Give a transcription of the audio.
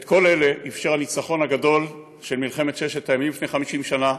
את כל אלה אפשר הניצחון הגדול של מלחמת ששת הימים לפני 50 שנה,